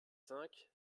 cinq